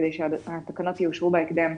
כדי שהתקנות יאושרו בהקדם.